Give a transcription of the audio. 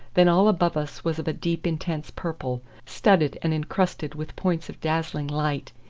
then all above us was of a deep intense purple, studded and encrusted with points of dazzling light,